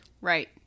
Right